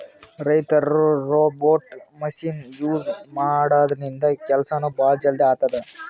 ರೈತರ್ robot machine use ಮಾಡದ್ರಿನ್ದ ಕೆಲ್ಸನೂ ಭಾಳ್ ಜಲ್ದಿ ಆತದ್